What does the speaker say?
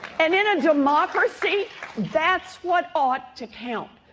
and in a democracy that's what ought to count.